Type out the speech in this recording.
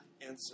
answer